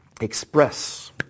express